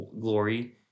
glory